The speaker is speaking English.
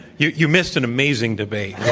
you you missed an amazing debate.